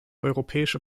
europäische